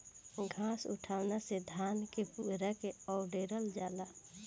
घास उठौना से धान क पुअरा के अवडेरल जाला